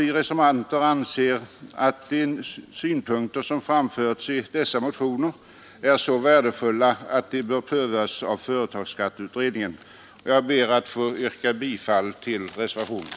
Vi reservanter anser att de synpunkter som framförts i dessa motioner är så värdefulla, att de bör prövas av företagsskatteutredningen. Jag ber att få yrka bifall till reservationen.